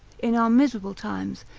in our miserable times,